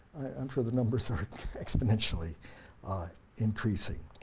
i'm sure the numbers are exponentially increasing.